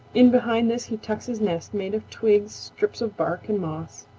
in behind this he tucks his nest made of twigs, strips of bark and moss.